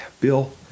bill